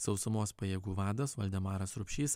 sausumos pajėgų vadas valdemaras rupšys